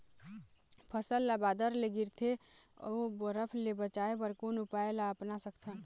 फसल ला बादर ले गिरथे ओ बरफ ले बचाए बर कोन उपाय ला अपना सकथन?